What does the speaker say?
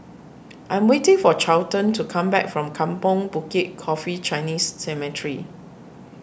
I am waiting for Charlton to come back from Kampong Bukit Coffee Chinese Cemetery